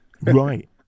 Right